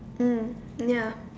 mm ya